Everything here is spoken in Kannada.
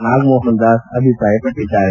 ನಾಗಮೋಹನ್ ದಾಸ್ ಅಭಿಪ್ರಾಯಪಟ್ಟದ್ದಾರೆ